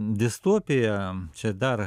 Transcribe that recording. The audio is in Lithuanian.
distopija čia dar